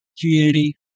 community